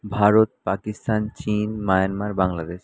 ভারত পাকিস্থান চীন মায়ানমার বাংলাদেশ